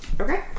Okay